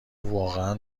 واقعا